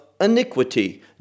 iniquity